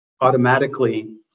automatically